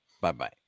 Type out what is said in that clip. Bye-bye